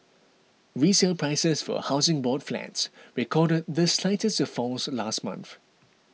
resale prices for Housing Board flats recorded the slightest of falls last month